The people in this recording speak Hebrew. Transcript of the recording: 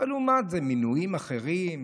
אבל לעומת זאת מינויים אחרים,